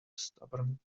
stubborn